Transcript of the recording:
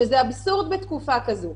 וזה אבסורד בתקופה כזו.